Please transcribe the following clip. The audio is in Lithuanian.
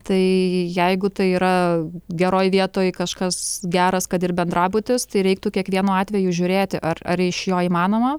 tai jeigu tai yra geroj vietoj kažkas geras kad ir bendrabutis tai reiktų kiekvienu atveju žiūrėti ar ar iš jo įmanoma